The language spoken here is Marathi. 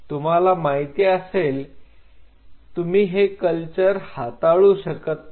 तुम्हाला माहित असेल हे तुम्ही हे कल्चर हाताळू शकत नाही